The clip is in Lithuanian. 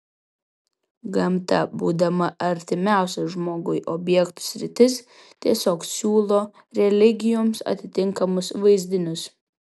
gamta būdama artimiausia žmogui objektų sritis tiesiog siūlo religijoms atitinkamus vaizdinius